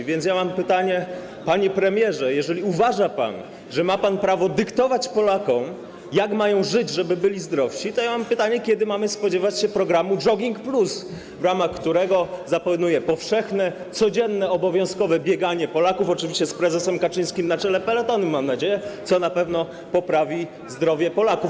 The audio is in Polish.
A więc ja mam pytanie: Panie premierze, jeżeli uważa pan, że ma pan prawo dyktować Polakom, jak mają żyć, żeby byli zdrowsi, to kiedy mamy się spodziewać programu: jogging+, w ramach którego zapanuje powszechne, codzienne, obowiązkowe bieganie Polaków, oczywiście z prezesem Kaczyńskim na czele peletonu, mam nadzieję, co na pewno poprawi zdrowie Polaków?